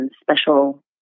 special